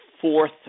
fourth